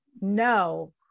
no